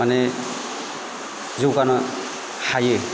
माने जौगानो हायो